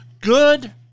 Good